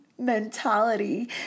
Mentality